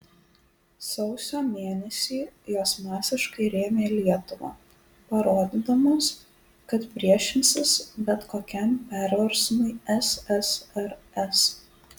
sausio mėnesį jos masiškai rėmė lietuvą parodydamos kad priešinsis bet kokiam perversmui ssrs